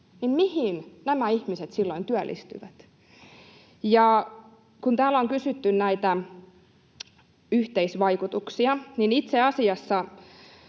mihin nämä ihmiset silloin työllistyvät? Ja kun täällä on kysytty näitä yhteisvaikutuksia, niin itse asiassa